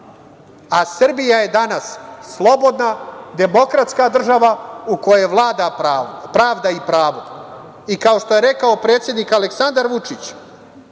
a Srbija je danas slobodna, demokratska država, u kojoj vlada pravda i prava.I kao što je rekao predsednik Aleksandar Vučić,